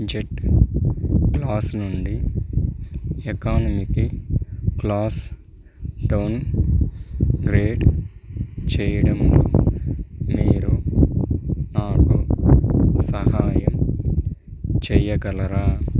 jet class నుండి ఎకానమీకి class downgrade చేయడంలో మీరు నాకు సహాయం చెయ్యగలరా